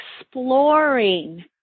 exploring